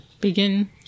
begin